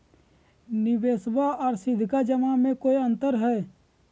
निबेसबा आर सीधका जमा मे कोइ अंतर हय?